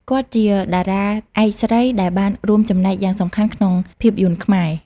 គាត់ជាតារាឯកស្រីដែលបានរួមចំណែកយ៉ាងសំខាន់ក្នុងភាពយន្តខ្មែរ។